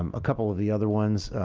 um a couple of the other ones,